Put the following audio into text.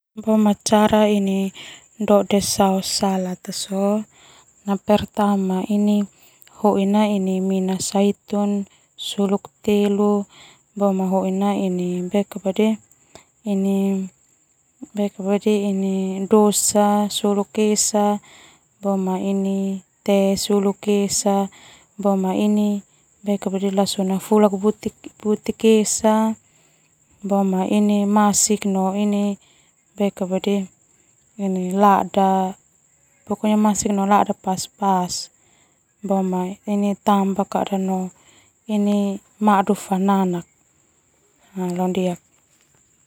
Hoi na mina zaitun suluk telu dosa suluk esa teh suluk esa masik no lada pas pas tambah no madu fananak.